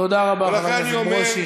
תודה רבה, חבר הכנסת ברושי.